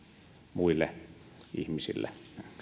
muille ihmisille